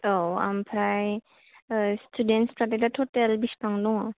औ ओमफ्राय सिथुदेनथसफ्रा दा थथेल बिसिबां दङ